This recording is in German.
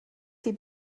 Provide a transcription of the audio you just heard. die